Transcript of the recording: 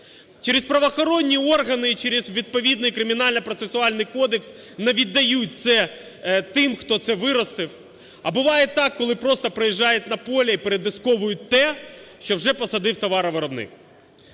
Через правоохоронні органи, і через відповідний Кримінально-процесуальний кодекс, не віддають це тим, хто це виростив. А буває так, коли просто приїжджають на поле і передисковують те, що вже посадив товаровиробник.